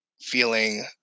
feeling